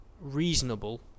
reasonable